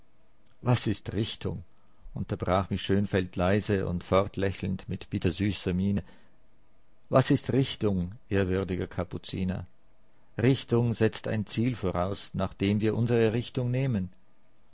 was ist richtung unterbrach mich schönfeld leise und fortlächelnd mit bittersüßer miene was ist richtung ehrwürdiger kapuziner richtung setzt ein ziel voraus nach dem wir unsere richtung nehmen